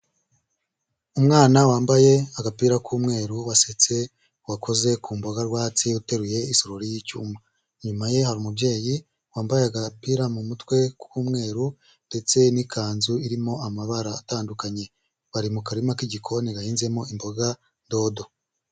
Umwana wambaye agapira k'umweru, wasetse, wakoze ku mboga rwatsi, uteruye isorori y'icyuma. Inyuma ye hari umubyeyi, wambaye agapira mu mutwe k'umweru ndetse n'ikanzu irimo amabara atandukanye, bari mu karima k'igikoni gahinnzemo imboga dodo.